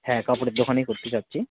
হ্যাঁ কাপড়ের দোকানই করতে চাচ্ছি